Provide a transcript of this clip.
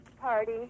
Party